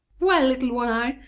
well, little one-eye,